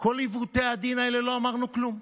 על כל עיוותי הדין האלה לא אמרנו כלום,